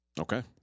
Okay